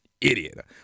idiot